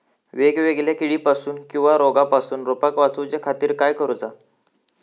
वेगवेगल्या किडीपासून किवा रोगापासून रोपाक वाचउच्या खातीर काय करूचा?